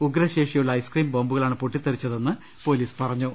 ഉഗ്രശേഷിയുള്ള ice cream ബോംബുകളാണ് പൊട്ടിത്തെറിച്ചതെന്ന് police പറഞ്ഞു